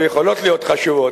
ויכולות להיות חשובות,